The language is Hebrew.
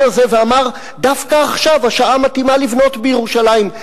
הזה ואמר: דווקא עכשיו השעה מתאימה לבנות בירושלים.